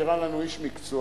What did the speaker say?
נראה לנו איש מקצוע,